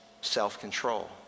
self-control